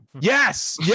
Yes